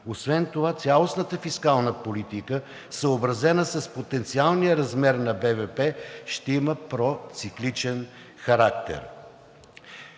Освен това цялостната фискална политика, съобразена с потенциалния размер на БВП, ще има процикличен характер.